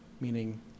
meaning